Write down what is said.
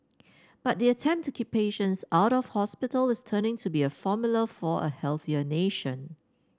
but the attempt to keep patients out of hospital is turning to be a formula for a healthier nation